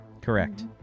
Correct